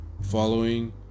following